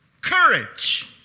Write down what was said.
courage